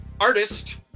Artist